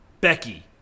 Becky